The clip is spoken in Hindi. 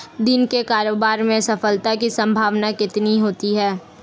दिन के कारोबार में सफलता की संभावना कितनी होती है?